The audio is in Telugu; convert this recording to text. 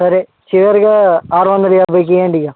సరే చివరిగా ఆరు వందల యాభైకి ఇవ్వండి ఇక